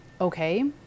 Okay